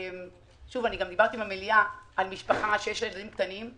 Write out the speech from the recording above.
דיברתי גם במליאה על משפחה שיש לה ילדים קטנים.